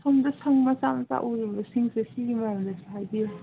ꯁꯣꯝꯗ ꯁꯪ ꯃꯆꯥ ꯃꯆꯥ ꯎꯔꯤꯕꯁꯤꯡꯁꯦ ꯁꯤꯒꯤ ꯃꯔꯝꯗꯗꯤ ꯍꯥꯏꯕꯤꯎ